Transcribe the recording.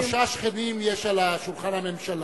שלושה שכנים יש ליד שולחן הממשלה: